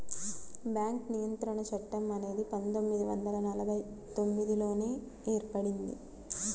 bank నియంత్రణ చట్టం అనేది పందొమ్మిది వందల నలభై తొమ్మిదిలోనే ఏర్పడింది